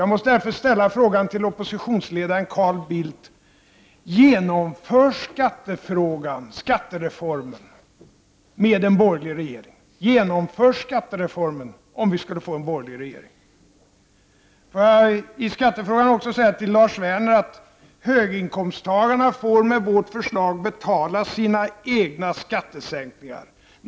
Jag måste ställa frågan till oppositionsledaren Carl Bildt: Genomförs skattereformen om vi skulle få en borgerlig regering? I skattefrågan vill jag också säga till Lars Werner att höginkomsttagarna får med våra förslag betala sina egna skattesänkningar.